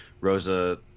Rosa